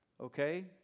Okay